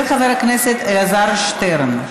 של חבר הכנסת אלעזר שטרן.